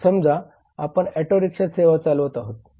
तर समजा आपण ऑटो रिक्षा सेवा चालवत आहोत